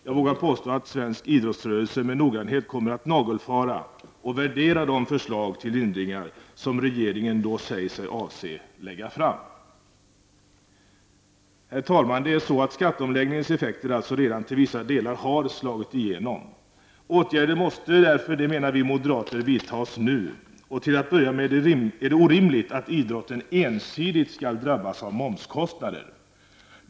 Jag vågar påstå att svensk idrottsrörelse med noggrannhet kommer att nagelfara och värdera de förslag till lindringar som regeringen säger sig avse att då lägga fram. Herr talman! Skatteomläggningens effekter har redan till vissa delar slagit igenom. Åtgärder måste därför, menar vi moderater, vidtagas nu. Till att börja med är det orimligt att idrotten ensidigt skall drabbas av momskostnader.